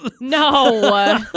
No